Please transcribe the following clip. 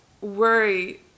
worry